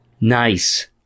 Nice